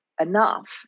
enough